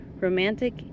Romantic